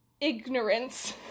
ignorance